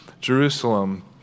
Jerusalem